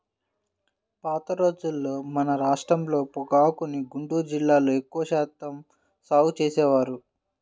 పాత రోజుల్లో మన రాష్ట్రంలో పొగాకుని గుంటూరు జిల్లాలో ఎక్కువ శాతం సాగు చేసేవారు